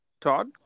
Todd